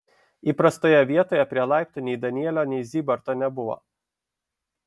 įprastoje vietoje prie laiptų nei danielio nei zybarto nebuvo